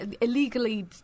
illegally